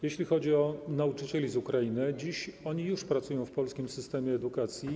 Jeśli chodzi o nauczycieli z Ukrainy, dziś oni już pracują w polskim systemie edukacji.